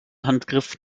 handgriff